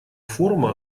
форума